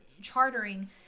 chartering